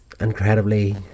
Incredibly